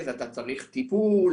אתה צריך טיפול,